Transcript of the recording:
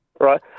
Right